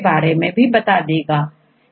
अब आप यहां पर कुछ लेटर लाल रंग से देख रहे हैं